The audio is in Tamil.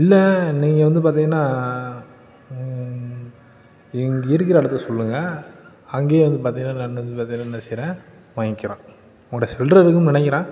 இல்லை நீங்கள் வந்து பார்த்தீங்கன்னா நீங்கள் இருக்கிற இடத்த சொல்லுங்க அங்கேயே வந்து பார்த்தீங்கன்னா நான் வந்து பார்த்தீங்கன்னா என்ன செய்கிறேன் வாங்கிறேன் உங்ககிட்ட சில்றை இருக்குதுன்னு நினைக்கிறேன்